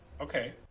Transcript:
Okay